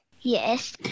Yes